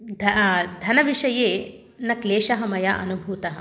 धा धनविषये न क्लेशः मया अनुभूतः